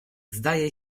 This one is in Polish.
zdaje